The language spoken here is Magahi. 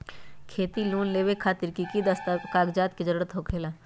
खेती लोन लेबे खातिर की की कागजात के जरूरत होला?